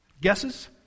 Guesses